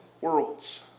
worlds